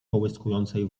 połyskującej